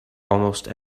almost